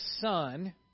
son